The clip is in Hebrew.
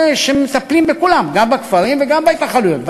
שמטפלים בכולם, גם בכפרים וגם בהתנחלויות.